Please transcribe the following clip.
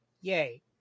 yay